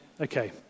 Okay